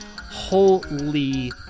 Holy